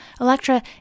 Electra